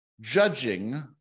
judging